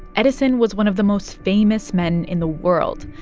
edison was one of the most famous men in the world,